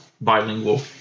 bilingual